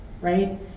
right